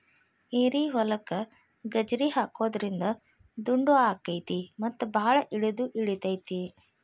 ಏರಿಹೊಲಕ್ಕ ಗಜ್ರಿ ಹಾಕುದ್ರಿಂದ ದುಂಡು ಅಕೈತಿ ಮತ್ತ ಬಾಳ ಇಳದು ಇಳಿತೈತಿ